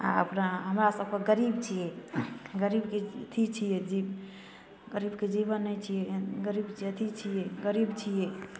आ अपना हमरा सभकऽ गरीब छियै गरीबके अथी छियै जीब गरीबके जीबन नहि छियै एहन गरीब जे अथी छियै गरीब छियै